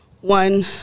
One